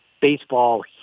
baseball